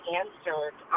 answered